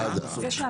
אצל סעדה.